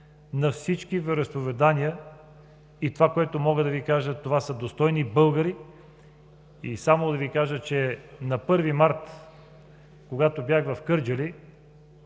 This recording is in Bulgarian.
на всички вероизповедания, и това, което мога да Ви кажа – това са достойни българи. И само да Ви кажа, че на 1 март, когато бях в Кърджали,